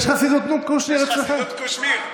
יש חסידות קושניר אצלכם?